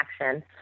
action